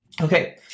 Okay